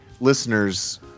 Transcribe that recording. listeners